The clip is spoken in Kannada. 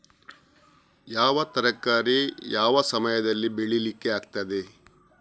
ಯಾವ ತರಕಾರಿ ಯಾವ ಸಮಯದಲ್ಲಿ ಬೆಳಿಲಿಕ್ಕೆ ಆಗ್ತದೆ?